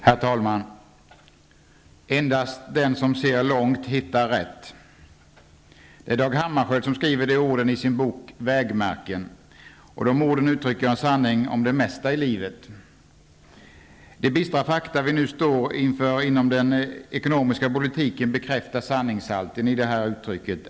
Herr talman! Endast den som ser långt hittar rätt. Det är Dag Hammarskjöld som skriver de orden i sin bok Vägmärken. De orden uttrycker en sanning om det mesta i livet. De bistra fakta vi nu står inför inom den ekonomiska politiken bekräftar sanningshalten i det här uttrycket.